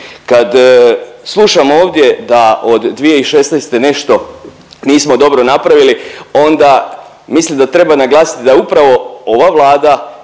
Kad slušam ovdje da od 2016. nešto nismo dobro napravili onda mislim da treba naglasiti da je upravo ova Vlada